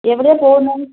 എവിടെയാണ് പോവുന്നത്